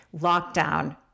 lockdown